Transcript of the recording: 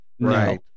Right